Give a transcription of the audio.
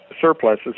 surpluses